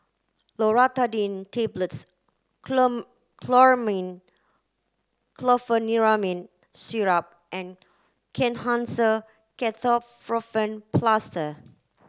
Loratadine Tablets Chlormine Chlorpheniramine Syrup and Kenhancer Ketoprofen Plaster